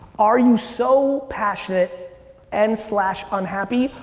are you so passionate and slash unhappy?